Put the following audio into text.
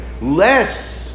Less